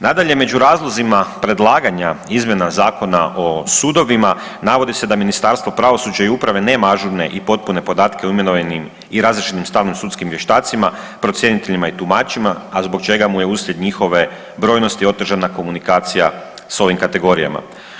Nadalje, među razlozima predlaganja izmjena Zakona o sudovima navodi se da Ministarstvo pravosuđa i uprave nema ažurne i potpune podatke o imenovanim i razriješenim stalnim sudskim vještacima, procjeniteljima i tumačima, a zbog čega mu je uslijed njihove brojnosti otežana komunikacija s ovim kategorijama.